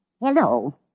Hello